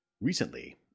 Recently